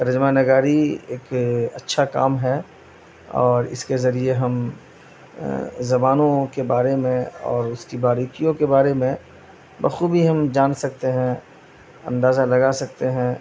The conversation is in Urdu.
ترجمہ نگاری ایک اچھا کام ہے اور اس کے ذریعے ہم زبانوں کے بارے میں اور اس کی باریکیوں کے بارے میں بخوبی ہم جان سکتے ہیں اندازہ لگا سکتے ہیں